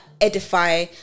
edify